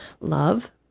love